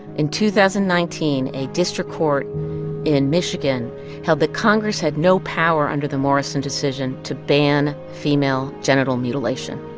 in two thousand and nineteen, a district court in michigan held that congress had no power under the morrison decision to ban female genital mutilation,